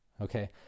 Okay